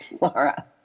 Laura